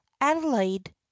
adelaide